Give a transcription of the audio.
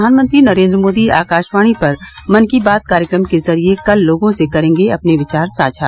प्रधानमंत्री नरेन्द्र मोदी आकाशवाणी पर मन की बात कार्यक्रम के जरिये कल लोगों से करेंगे अपने विचार साझा